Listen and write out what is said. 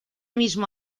mismo